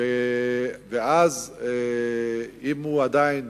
ואז אם הוא עדיין